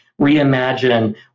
reimagine